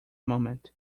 moment